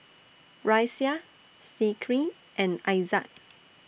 Raisya Zikri and Aizat